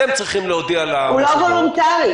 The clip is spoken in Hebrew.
אתם צריכים להודיע --- הוא לא וולונטרי.